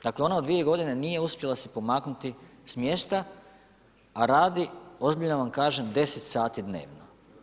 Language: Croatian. Dakle ona u dvije godine nije uspjela se pomaknuti sa mjesta, a radi ozbiljno vam kažem 10 sati dnevno.